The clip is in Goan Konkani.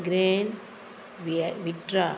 ग्रेन वियाय विक्ट्रा